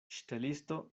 ŝtelisto